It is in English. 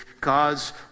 God's